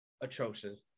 atrocious